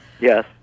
Yes